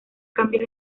cambios